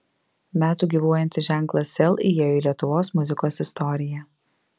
metų gyvuojantis ženklas sel įėjo į lietuvos muzikos istoriją